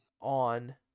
on